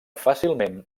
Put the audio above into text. fàcilment